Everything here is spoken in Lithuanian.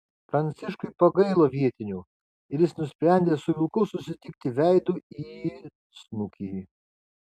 pranciškui pagailo vietinių ir jis nusprendė su vilku susitikti veidu į snukį